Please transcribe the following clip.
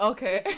Okay